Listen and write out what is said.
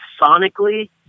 sonically